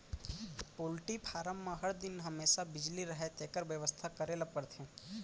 poultry farm म हर हमेसा बिजली रहय तेकर बेवस्था करे ल परथे